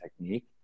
technique